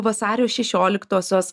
vasario šešioliktosios